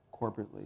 corporately